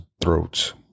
throats